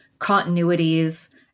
continuities